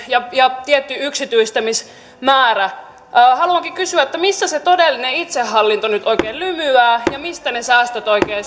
ja ja tietty yksityistämismäärä haluankin kysyä missä se todellinen itsehallinto nyt oikein lymyää ja ja mistä ne säästöt oikein